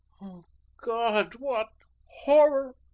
god! what horror!